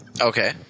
Okay